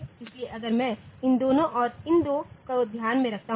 इसलिए अगर मैं इन दोनों और इन दो को ध्यान में रखता हूं